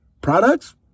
products